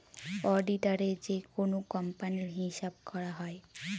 অডিটারে যেকোনো কোম্পানির হিসাব করা হয়